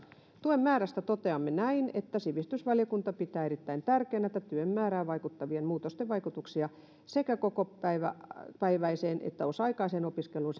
tuen määrästä toteamme näin että sivistysvaliokunta pitää erittäin tärkeänä että työn määrään vaikuttavien muutosten vaikutuksia sekä kokopäiväiseen että osa aikaiseen opiskeluun